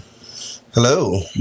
Hello